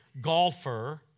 golfer